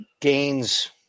gains